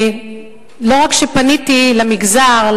לא רק שפניתי למגזר,